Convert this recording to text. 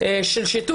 של שיטור.